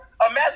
Imagine